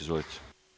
Izvolite.